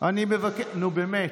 נו, באמת.